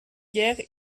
guerre